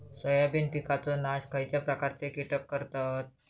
Soybean पिकांचो नाश खयच्या प्रकारचे कीटक करतत?